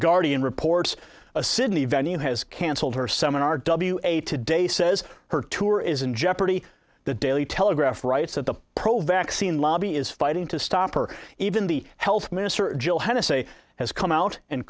guardian reports a sydney venue has cancelled her seminar w a today says her tour is in jeopardy the daily telegraph writes that the pro vaccine lobby is fighting to stop or even the health minister johannes a has come out and